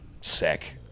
Sick